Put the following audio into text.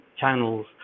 channels